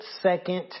second